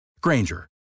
Granger